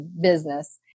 business